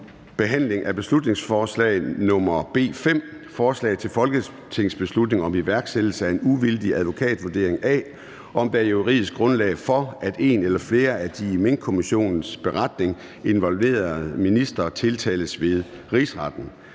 behandling af beslutningsforslag nr. B 5: Forslag til folketingsbeslutning om iværksættelse af en uvildig advokatvurdering af, om der er juridisk grundlag for, at en eller flere af de i Minkkommissionens beretning involverede ministre tiltales ved Rigsretten.